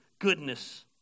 goodness